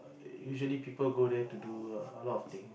usually people go there to do a lot of thing